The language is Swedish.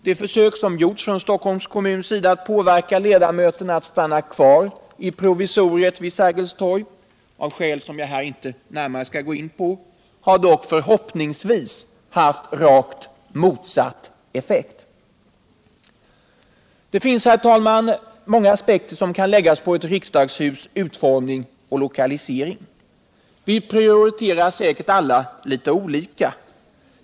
De försök som gjorts från Stockholms kommuns sida att påverka ledamöterna att stanna kvar i provisoriet vid Sergels torg — av skäl som jag här inte närmare skall gå in på — har dock förhoppningsvis haft motsatt effekt. Det finns många aspekter som kan läggas på ett riksdagshus utformning och lokalisering. Vi prioriterar säkert alla litet olika.